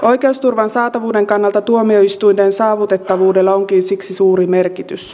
oikeusturvan saatavuuden kannalta tuomioistuimen saavutettavuudella onkin siksi suuri merkitys